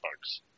bugs